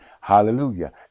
hallelujah